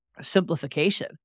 simplification